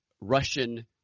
Russian –